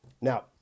Now